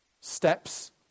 steps